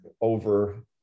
over